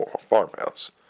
farmhouse